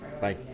Bye